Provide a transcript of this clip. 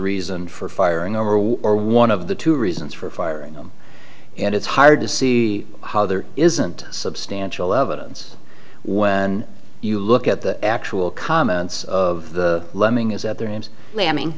reason for firing over or one of the two reasons for firing them and it's hard to see how there isn't substantial evidence when you look at the actual comments of the